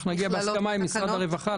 לעניין הזה אנחנו נגיע להסכמה עם משרד הרווחה.